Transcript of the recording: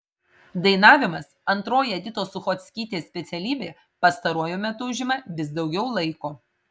dainavimas antroji editos suchockytės specialybė pastaruoju metu užima vis daugiau laiko